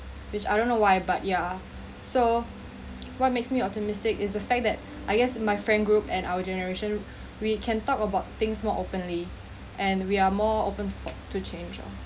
which I don't know why but yeah so what makes me optimistic is the fact that I guess my friend group and our generation we can talk about things more openly and we are more open to change oh